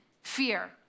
fear